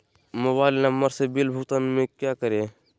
Mobile number से bill भुगतान में क्या करें?